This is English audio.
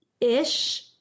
Ish